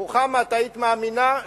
רוחמה, היית מאמינה?